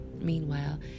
Meanwhile